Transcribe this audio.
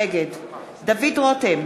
נגד דוד רותם,